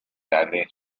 darle